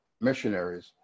missionaries